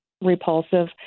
repulsive